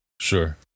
Sure